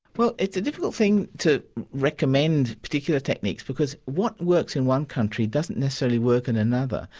well it's a difficult thing to recommend particular techniques because what works in one country, doesn't necessarily work in another,